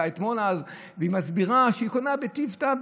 היא מסבירה שהיא קונה בטיב טעם,